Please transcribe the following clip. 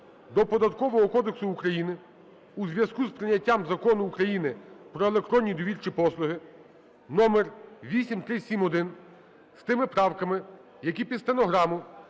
до Податкового кодексу України у зв'язку з прийняттям Закону України "Про електронні довірчі послуги" (№8371) з тими правками, які під стенограму